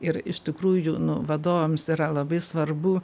ir iš tikrųjų nu vadovams yra labai svarbu